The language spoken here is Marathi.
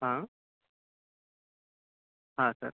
हां हां सर